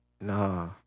Nah